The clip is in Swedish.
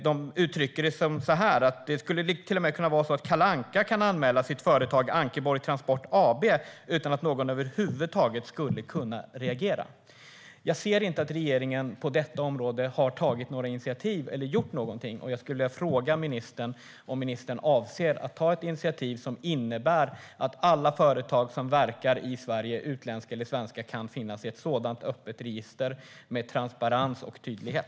De uttrycker det så här: Det skulle till och med kunna vara så att Kalle Anka kan anmäla sitt företag Ankeborg transport AB utan att någon över huvud taget skulle kunna reagera. Jag ser inte att regeringen har tagit några initiativ eller gjort någonting på detta område. Jag skulle vilja fråga ministern om ministern avser att ta ett initiativ som innebär att alla företag som verkar i Sverige, utländska eller svenska, kan finnas i ett sådant öppet register med transparens och tydlighet.